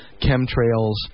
chemtrails